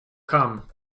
come